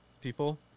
people